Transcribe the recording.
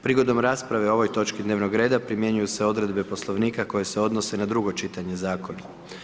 Prigodom rasprave o ovoj točki dnevnog reda primjenjuju se odredbe Poslovnika koje se odnose na drugo čitanje zakona.